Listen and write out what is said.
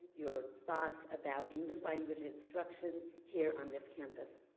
your thoughts about english-language instruction here on this campus?